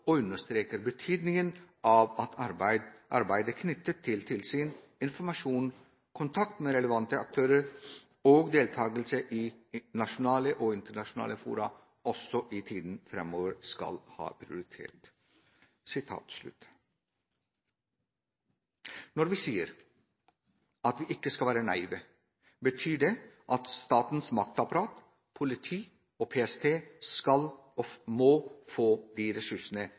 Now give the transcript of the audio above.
og understreker betydningen av at arbeidet knyttet til tilsyn, informasjon, kontakt med relevante aktører og deltakelse i nasjonale og internasjonale fora også i tiden fremover skal ha prioritet.» Når vi sier at vi ikke skal være naive, betyr det at statens maktapparat, politi og PST skal og må få de ressursene